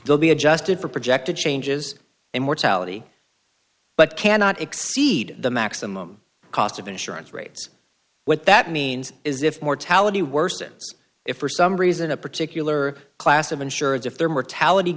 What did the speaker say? will be adjusted for projected changes in mortality but cannot exceed the maximum cost of insurance rates what that means is if mortality worsens if for some reason a particular class of insurance if their mortality